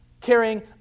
carrying